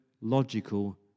logical